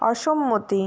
অসম্মতি